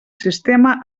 sistema